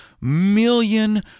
million